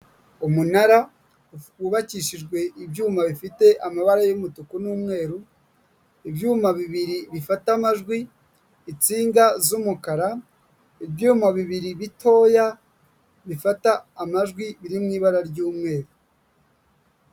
Umunara wubakishijwe ibyuma bifite amabara y'umutuku n'umweru, ibyuma bibiri bifata amajwi, insinga z'umukara, ibyuma bibiri bitoya bifata amajwi biri mu ibara ry'umweru.